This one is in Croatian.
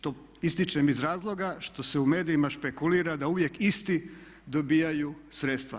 To ističem iz razloga što se u medijima špekulira da uvijek isti dobivaju sredstva.